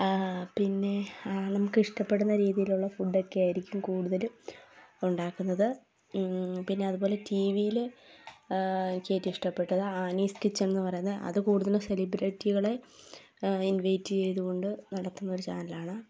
പിന്നെ നമുക്കിഷ്ടപ്പെടുന്ന രീതിയിലുള്ള ഫുഡ്ഡൊക്കെയായിരിക്കും കൂടുതലും ഉണ്ടാക്കുന്നത് പിന്നെ അതുപോലെ ടിവിയില് എനിക്ക് ഏറ്റവും ഇഷ്ടപ്പെട്ടത് ആനീസ് കിച്ചൺ എന്ന് പറയുന്ന അതും കൂടുതലും സെലിബ്രേറ്റികളെ ഇൻവൈറ്റ് ചെയ്ത് കൊണ്ട് നടത്തുന്ന ഒരു ചാനലാണ്